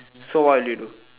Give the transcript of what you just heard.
so what will you do